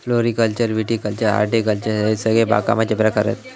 floriculture viticulture horticulture हयते सगळे बागकामाचे प्रकार हत